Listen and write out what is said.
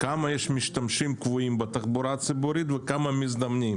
כמה משתמשים קבועים בתחבורה הציבורית יש וכמה מזדמנים.